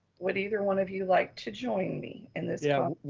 what either one of you like to join me in this you know